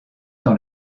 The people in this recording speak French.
dans